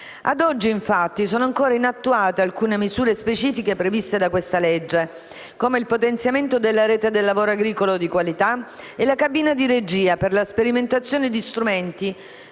ad oggi, infatti, sono ancora inattuate alcune misure specifiche previste dalla legge, come il potenziamento della rete del lavoro agricolo di qualità e la cabina di regia per la sperimentazione di strumenti